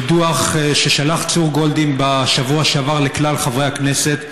לדוח ששלח צור גולדין בשבוע שעבר לכלל חברי הכנסת,